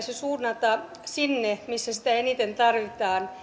se apu pitäisi suunnata nimenomaan sinne missä sitä eniten tarvitaan